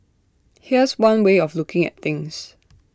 here's one way of looking at things